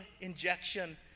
injection